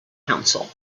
counsel